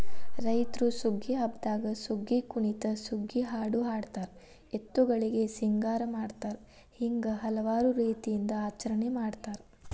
ರೈತ್ರು ಸುಗ್ಗಿ ಹಬ್ಬದಾಗ ಸುಗ್ಗಿಕುಣಿತ ಸುಗ್ಗಿಹಾಡು ಹಾಡತಾರ ಎತ್ತುಗಳಿಗೆ ಸಿಂಗಾರ ಮಾಡತಾರ ಹಿಂಗ ಹಲವಾರು ರೇತಿಯಿಂದ ಆಚರಣೆ ಮಾಡತಾರ